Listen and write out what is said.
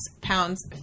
pounds